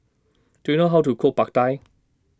Do YOU know How to Cook Pad Thai